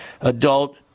adult